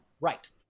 Right